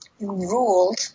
Ruled